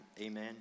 amen